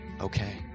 okay